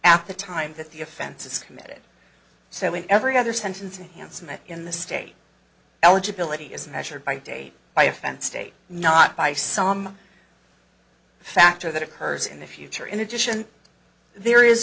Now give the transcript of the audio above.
at the time that the offense is committed so in every other sentence and handsome and in the state eligibility is measured by date by offense state not by some factor that occurs in the future in addition there is